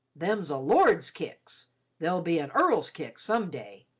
them's a lord's kicks they'll be a earl's kicks some day.